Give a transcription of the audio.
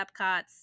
Epcot's